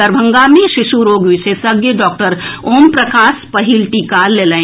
दरभंगा मे शिशु रोग विशेषज्ञ डॉक्टर ओम प्रकाश पहिल टीका लेलनि